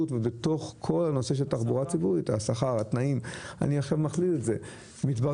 אם ישפרו את התנאים לנהגי תחבורה ציבורית כן אגיד להם